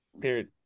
period